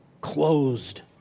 closed